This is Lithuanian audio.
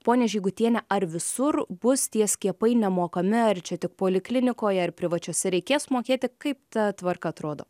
ponia žigutiene ar visur bus tie skiepai nemokami ar čia tik poliklinikoje ar privačiose reikės mokėti kaip ta tvarka atrodo